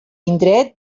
indret